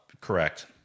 Correct